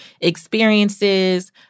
Experiences